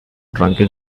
drunken